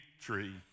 tree